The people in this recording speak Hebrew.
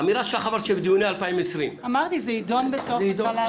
האמירה שלך שבדיוני 2020. אמרתי זה יידון בתוך 2020,